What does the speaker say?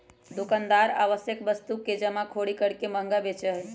दुकानदार आवश्यक वस्तु के जमाखोरी करके महंगा बेचा हई